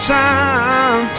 time